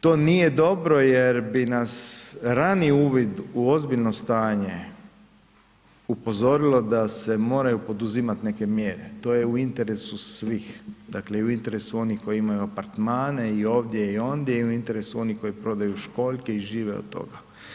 To nije dobro, jer bi nas rani uvid u ozbiljno stanje upozorilo da se moraju poduzimati neke mjere, to je interesu svih, dakle i u interesu onih koji imaju apartmane i ovdje i ondje i u interesu onih koji prodaju školjke i žive od toga.